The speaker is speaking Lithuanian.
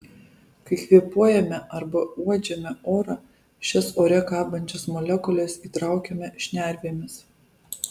kai kvėpuojame arba uodžiame orą šias ore kabančias molekules įtraukiame šnervėmis